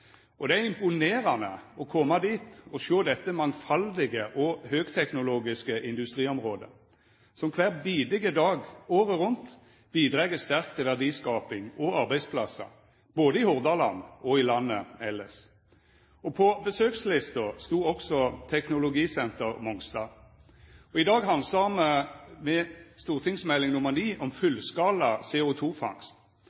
Mongstad. Det er imponerande å koma dit og sjå dette mangfaldige og høgteknologiske industriområdet, som kvar bidige dag året rundt bidreg sterkt til verdiskaping og arbeidsplassar både i Hordaland og i landet elles. På besøkslista stod også Technology Centre Mongstad. I dag handsamar me Meld. St. 9 om